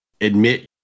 admit